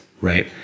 right